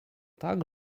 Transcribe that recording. tak